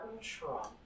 Trump